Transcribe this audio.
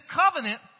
covenant